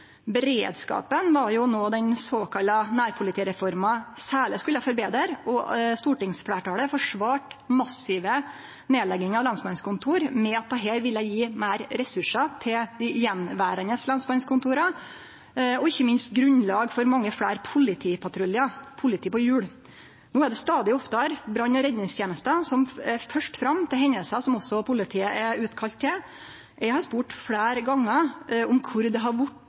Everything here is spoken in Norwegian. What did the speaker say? Beredskapen var noko den såkalla nærpolitireforma særleg skulle forbetre, og stortingsfleirtalet forsvarte massive nedleggingar av lensmannskontor med at dette ville gje større ressursar til dei attverande lensmannskontora og ikkje minst grunnlag for mange fleire politipatruljar – politi på hjul. No er det stadig oftare brann- og redningstenesta som er først framme ved hendingar som også politiet blir kalla ut til. Eg har spurt fleire gonger om kvar det har